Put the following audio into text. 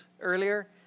earlier